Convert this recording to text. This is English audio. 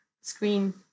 screen